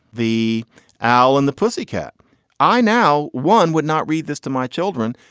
the owl and the pussycat i now one would not read this to my children,